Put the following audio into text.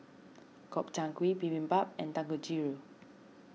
Gobchang Gui Bibimbap and Dangojiru